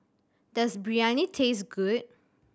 does Biryani taste good